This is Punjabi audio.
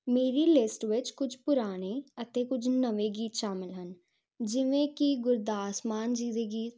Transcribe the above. ਮੇਰੀ ਲਿਸਟ ਵਿੱਚ ਕੁਝ ਪੁਰਾਣੇ ਅਤੇ ਕੁਝ ਨਵੇਂ ਗੀਤ ਸ਼ਾਮਿਲ ਹਨ ਜਿਵੇਂ ਕਿ ਗੁਰਦਾਸ ਮਾਨ ਜੀ ਦੇ ਗੀਤ